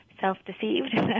self-deceived